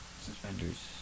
Suspenders